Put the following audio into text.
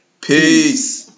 peace